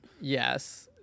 Yes